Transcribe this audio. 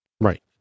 Right